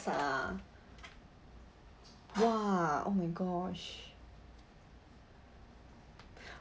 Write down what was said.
ah !wah! oh my gosh